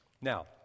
Now